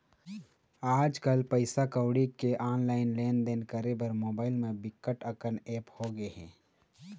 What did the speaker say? आजकल पइसा कउड़ी के ऑनलाईन लेनदेन करे बर मोबाईल म बिकट अकन ऐप होगे हे